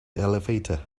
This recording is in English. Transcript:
elevator